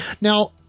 now